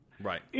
right